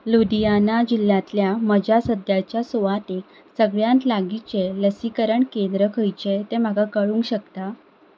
लुधियाना जिल्ल्यांतल्या म्हज्या सद्याच्या सुवातेक सगळ्यांत लागींचें लसीकरण केंद्र खंयचें तें म्हाका कळूंक शकता